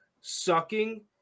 sucking –